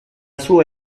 sua